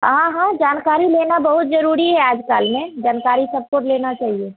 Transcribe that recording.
हाँ हाँ जानकारी लेना बहुत जरूरी है आजकल नहीं जानकारी सब कुछ लेना चाहिए